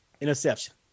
Interception